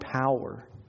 power